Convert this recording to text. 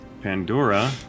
Pandora